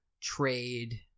trade